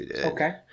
okay